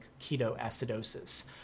ketoacidosis